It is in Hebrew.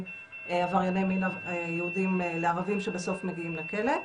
עברייני מין יהודים לערבים שבסוף מגיעים לכלא.